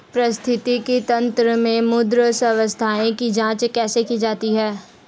पारिस्थितिकी तंत्र में मृदा स्वास्थ्य की जांच कैसे की जाती है?